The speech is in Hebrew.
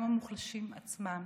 גם המוחלשים עצמם,